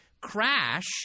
crash—